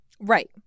Right